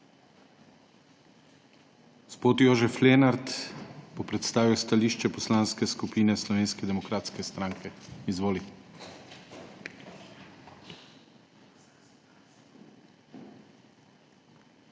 Gospod Jožef Lenart bo predstavil stališče Poslanske skupine Slovenske demokratske stranke. Izvoli.